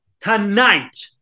Tonight